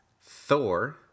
Thor